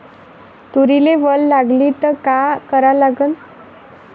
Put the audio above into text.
तुरीले वल लागली त का करा लागन?